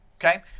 Okay